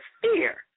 fear